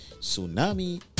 Tsunami